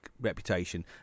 reputation